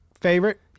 favorite